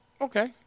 Okay